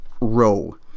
row